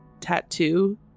tattoo